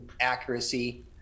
accuracy